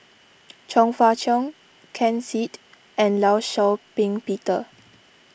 Chong Fah Cheong Ken Seet and Law Shau Ping Peter